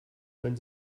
wenn